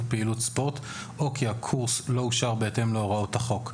פעילות ספורט או כי הקורס לא אושר בהתאם להוראות החוק,